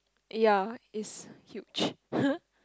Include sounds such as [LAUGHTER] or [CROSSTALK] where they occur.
ya is huge [LAUGHS]